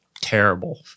terrible